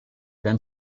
then